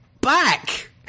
back